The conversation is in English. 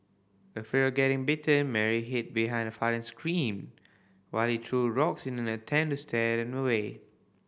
afraid of getting bitten Mary hid behind her father and screamed while he threw rocks in an attempt to scare them away